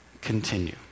continue